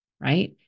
right